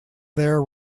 their